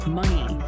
money